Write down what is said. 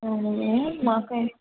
మేము మా